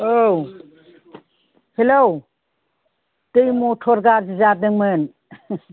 औ हेल' दै मटर गाज्रि जादोंमोन